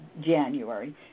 January